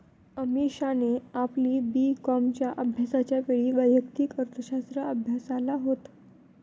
अमीषाने आपली बी कॉमच्या अभ्यासाच्या वेळी वैयक्तिक अर्थशास्त्र अभ्यासाल होत